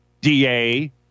DA